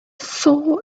saw